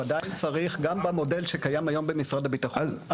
גם במודל שקיים היום במשרד הביטחון,